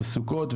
סוכות,